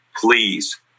please